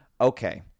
Okay